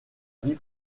vie